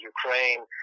Ukraine